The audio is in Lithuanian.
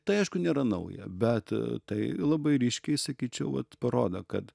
tai aišku nėra nauja bet tai labai ryškiai sakyčiau vat parodo kad